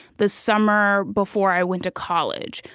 the summer before i went to college.